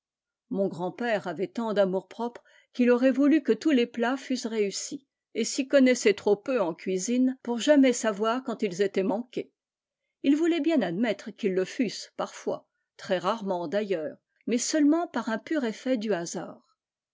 mon grand-père vait tant d'amour-propre qu'il aurait voulu que tous les plats fussent réussis et s'y connaissait trop eu en cuisine pour jamais savoir quand ils étaient lanqués il voulait bien admettre qu'ils le fussent arfois très rarement d'ailleurs mais seulement ar un pur effet du hasard